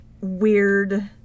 weird